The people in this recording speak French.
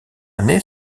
année